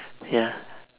ya